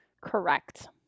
correct